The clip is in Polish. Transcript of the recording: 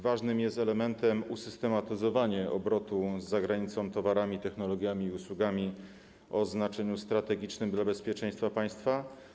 Ważnym elementem jest usystematyzowanie obrotu z zagranicą towarami, technologiami i usługami o znaczeniu strategicznym dla bezpieczeństwa państwa.